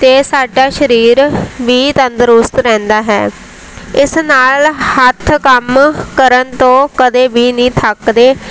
ਅਤੇ ਸਾਡਾ ਸ਼ਰੀਰ ਵੀ ਤੰਦਰੁਸਤ ਰਹਿੰਦਾ ਹੈ ਇਸ ਨਾਲ ਹੱਥ ਕੰਮ ਕਰਨ ਤੋਂ ਕਦੇ ਵੀ ਨਹੀਂ ਥੱਕਦੇ